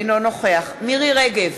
אינו נוכח מירי רגב,